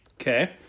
Okay